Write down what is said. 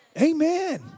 Amen